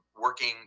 working